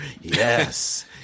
Yes